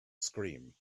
scream